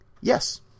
Yes